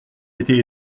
été